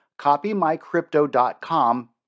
copymycrypto.com